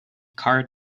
card